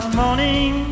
morning